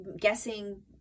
guessing